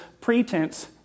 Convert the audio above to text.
pretense